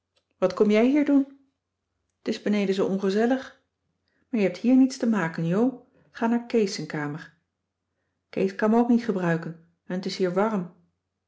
wat kom jij her doen t is beneden zoo ongezellig maar je hebt hier niets te maken jo ga naar kees z'n kamer kees kan me ook niet gebruiken en t is hier warm